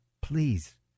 please